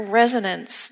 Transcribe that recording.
resonance